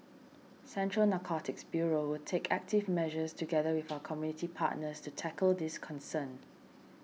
Central Narcotics Bureau will take active measures together with our community partners to tackle this concern